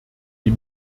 die